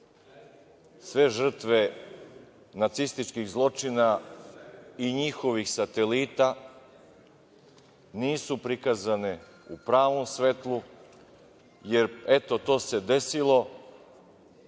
sve žrtve nacističkih zločina i njihovih satelita nisu prikazane u pravom svetlu, jer, eto, to se desilo,